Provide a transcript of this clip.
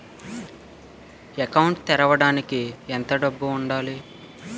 Account తెరవడానికి ఎంత డబ్బు ఉండాలి?